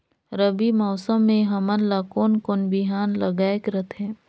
रबी मौसम मे हमन ला कोन कोन बिहान लगायेक रथे?